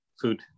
food